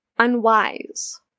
unwise